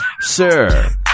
Sir